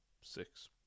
six